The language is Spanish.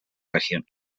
región